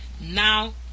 Now